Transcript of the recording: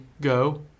go